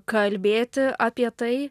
kalbėti apie tai